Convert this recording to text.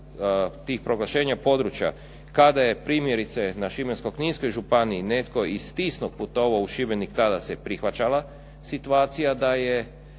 tih proglašenja područja kada je primjerice na šibensko-kninskoj županiji netko iz Tisnog putovao u Šibenik tada se prihvaćala situacija da je